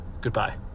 goodbye